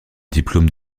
diplôme